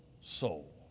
soul